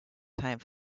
time